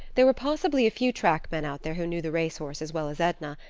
there were possibly a few track men out there who knew the race horse as well as edna,